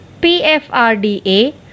PFRDA